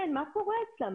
כן, מה קורה אצלם?